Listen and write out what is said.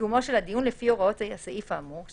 מקיומו של הדיון לפי הוראות הסעיף האמור,